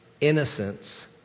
Innocence